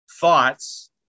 thoughts